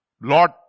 Lord